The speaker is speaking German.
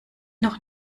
noch